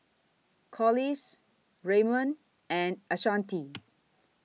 Collis Raymond and Ashanti